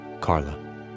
Carla